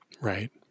Right